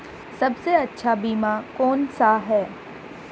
सबसे अच्छा बीमा कौन सा है?